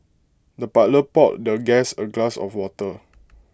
the butler poured the guest A glass of water